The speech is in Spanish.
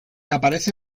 aparece